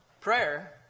prayer